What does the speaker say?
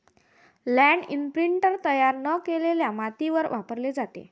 land imprinter तयार न केलेल्या मातीवर वापरला जातो